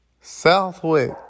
Southwick